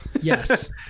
Yes